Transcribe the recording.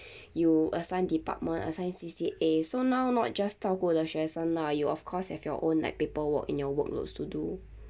you assign department assign C_C_A so now not just 照顾 the 学生 lah you of course have your own like paperwork and your workloads to do